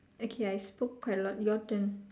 okay I spoke quite a lot your turn